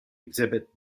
exhibit